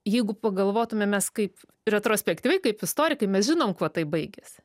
jeigu pagalvotume mes kaip retrospektyviai kaip istorikai mes žinom kuo tai baigėsi